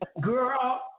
girl